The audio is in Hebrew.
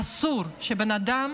אסור שבן אדם